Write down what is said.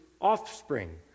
offspring